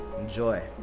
enjoy